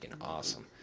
awesome